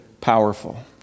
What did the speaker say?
powerful